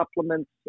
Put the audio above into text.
supplements